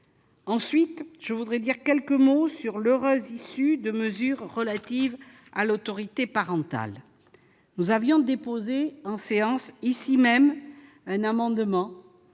veux maintenant dire quelques mots sur l'heureuse issue des mesures relatives à l'autorité parentale. Nous avions déposé, en séance, un amendement